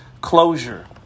closure